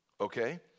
okay